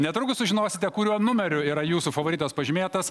netrukus sužinosite kuriuo numeriu yra jūsų favoritas pažymėtas